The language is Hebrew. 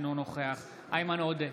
אינו נוכח איימן עודה,